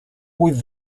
with